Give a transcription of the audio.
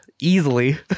easily